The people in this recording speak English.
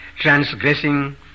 transgressing